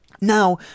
Now